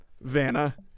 Vanna